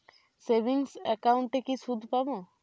Savings একাউন্টে কি সুদ পাব?